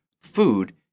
food